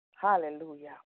Hallelujah